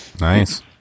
nice